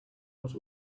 not